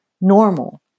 normal